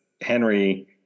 Henry